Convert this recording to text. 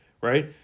right